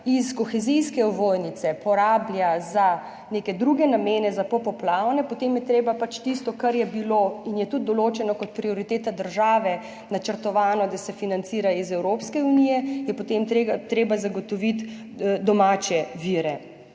iz kohezijske ovojnice porablja za neke druge namene, za popoplavne, potem je treba pač za tisto, kar je bilo in je tudi določeno kot prioriteta države, načrtovano, da se financira iz Evropske unije, zagotoviti domače vire.